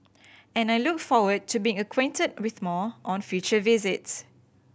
and I look forward to being acquainted with more on future visits